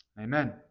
Amen